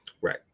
Right